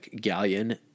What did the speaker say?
galleon